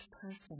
person